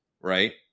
right